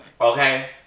Okay